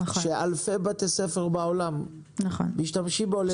ואלפי בתי ספר בעולם משתמשים בו ללימוד.